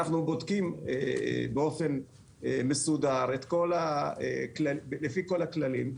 אנחנו בודקים באופן מסודר לפי כל הכללים,